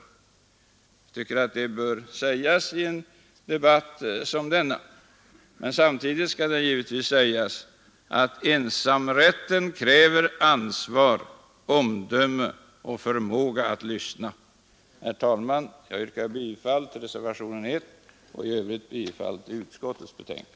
Jag tycker att det bör sägas i en debatt som denna. Men samtidigt skall det givetvis sägas att ensamrätten kräver ansvar, omdöme och förmåga att lyssna. Herr talman! Jag yrkar bifall till reservationen 1 beträffande en utredning om rundradioverksamheten och i övrigt bifall till vad utskottet hemställt.